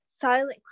silent